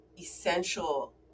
essential